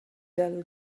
dull